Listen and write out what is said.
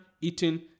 eating